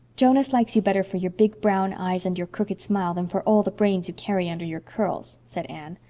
jonas likes you better for your big brown eyes and your crooked smile than for all the brains you carry under your curls, said anne.